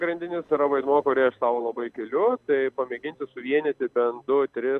pagrindinis yra vaidmuo kurį aš tau labai keliu tai pamėginti suvienyti bent du tris